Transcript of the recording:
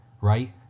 Right